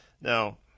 Now